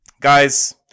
Guys